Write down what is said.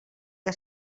que